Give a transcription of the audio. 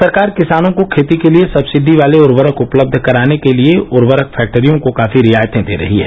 सरकार किसानों को खेती के लिए सब्सिडी वाले उर्वरक उपलब्ध कराने के लिए उर्वरक फैक्टरियों को काफी रियायतें दे रही है